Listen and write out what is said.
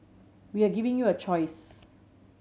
we are giving you a choice